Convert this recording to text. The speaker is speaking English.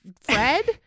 Fred